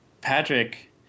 Patrick